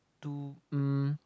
to um